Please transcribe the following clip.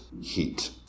heat